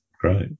great